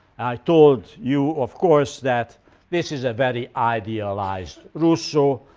told you, of course, that this is a very idealized rousseau,